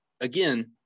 again